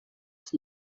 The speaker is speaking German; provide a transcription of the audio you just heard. ist